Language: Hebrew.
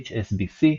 HSBC,